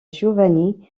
giovanni